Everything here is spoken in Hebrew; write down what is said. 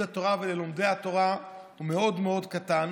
התורה וללומדי התורה הוא מאוד מאוד קטן,